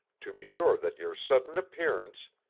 to be sure that your sudden appearance,